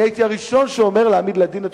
אני הייתי הראשון שאומר להעמיד לדין את